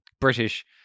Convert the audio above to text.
British